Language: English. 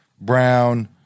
Brown